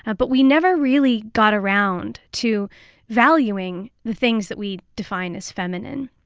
ah but we never really got around to valuing the things that we define as feminine.